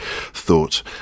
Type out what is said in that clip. thought